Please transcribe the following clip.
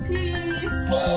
Peace